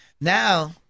Now